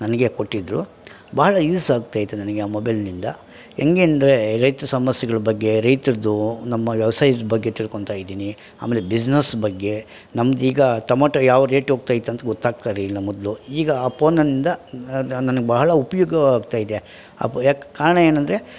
ನನಗೆ ಕೊಟ್ಟಿದ್ರು ಭಾಳ ಯೂಸಾಗ್ತೈತೆ ನನಗೆ ಆ ಮೊಬೈಲ್ನಿಂದ ಹೆಂಗೆ ಅಂದರೆ ರೈತ್ರ ಸಮಸ್ಯೆಗಳ ಬಗ್ಗೆ ರೈತರದ್ದು ನಮ್ಮ ವ್ಯವಸಾಯದ ಬಗ್ಗೆ ತಿಳ್ಕೊಂತಾಯಿದೀನಿ ಆಮೇಲೆ ಬಿಸ್ನೆಸ್ ಬಗ್ಗೆ ನಮ್ದೀಗ ಟೊಮೊಟೋ ಯಾವ ರೇಟ್ ಹೋಗ್ತೈತಂತ ಗೊತ್ತಾಗ್ತಿರಲಿಲ್ಲ ಮೊದಲು ಈಗ ಆ ಪೋನಿಂದ ನನಗೆ ಭಾಳ ಉಪಯೋಗವಾಗ್ತಾಯಿದೆ ಆ ಬ್ ಯಾಕೆ ಕಾರಣ ಏನಂದರೆ